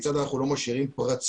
כיצד אנחנו לא משאירים פרצות